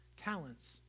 talents